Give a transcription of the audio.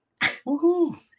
Woohoo